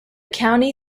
county